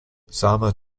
sama